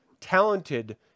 talented